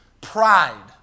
Pride